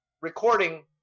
recording